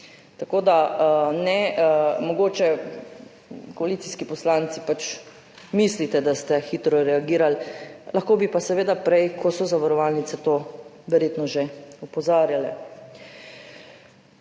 Tako da mogoče koalicijski poslanci pač mislite, da ste hitro reagirali, lahko bi pa seveda prej, ko so zavarovalnice na to verjetno že opozarjale.